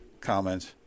comments